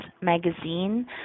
magazine